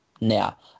now